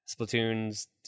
Splatoon's